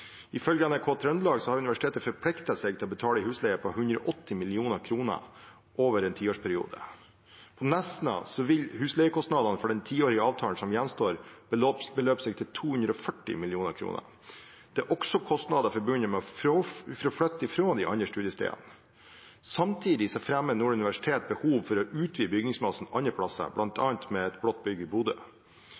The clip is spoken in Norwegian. Ifølge NRK Trøndelag har universitetet forpliktet seg til å betale en husleie på 180 mill. kr over en tiårsperiode. På Nesna vil husleiekostnadene for den tiårige avtalen som gjenstår, beløpe seg til 240 mill. kr. Det er også kostnader forbundet med å flytte fra de andre studiestedene. Samtidig fremmer Nord universitet behov for å utvide bygningsmassen andre plasser, bl.a. med Blått bygg i Bodø.